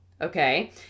okay